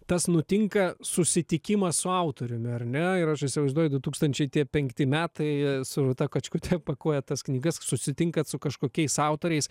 tas nutinka susitikimas su autoriumi ar ne ir aš įsivaizduoju du tūkstančiai tie penkti metai su rūta kačkute pakuojat tas knygas susitinkat su kažkokiais autoriais